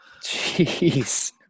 Jeez